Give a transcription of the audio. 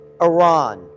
Iran